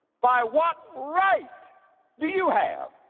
by what right do you have?